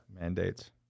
Mandates